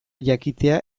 jakitea